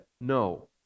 no